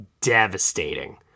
devastating